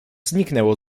zniknęło